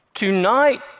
Tonight